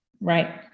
right